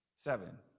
Seven